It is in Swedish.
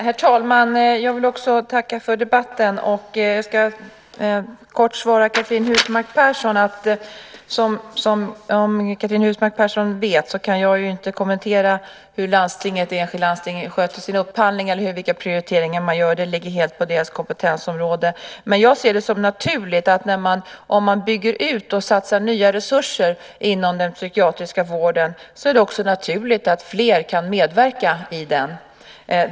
Herr talman! Också jag vill tacka för debatten och kort svara Cristina Husmark Pehrsson. Som Cristina Husmark Pehrsson vet kan jag inte kommentera hur enskilda landsting sköter sin upphandling eller vilka prioriteringar de gör. Det ligger helt inom deras kompetensområde. Men om man bygger ut och satsar nya resurser inom den psykiatriska vården ser jag det också som naturligt att fler kan medverka i den.